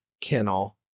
Kennel